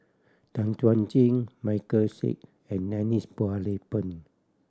Tan Chuan Jin Michael Seet and Denise Phua Lay Peng